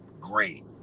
great